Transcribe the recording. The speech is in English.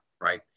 right